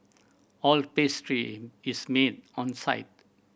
all pastry is made on site